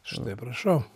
štai prašau